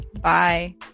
Bye